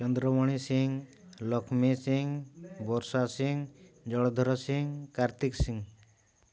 Chandramani Singh Lakshmi Singh Barsha Singh Jaladhar Singh Kartik Singh